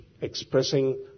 expressing